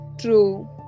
True